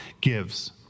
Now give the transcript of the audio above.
gives